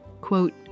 Quote